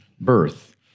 birth